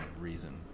reason